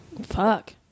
Fuck